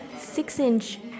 six-inch